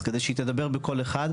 אז כדי שהיא תדבר בקול אחד,